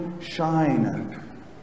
shine